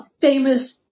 famous